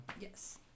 Yes